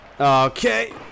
Okay